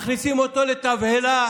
מכניסים אותו לתבהלה.